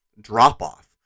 drop-off